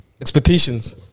Expectations